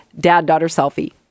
DadDaughterSelfie